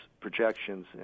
projections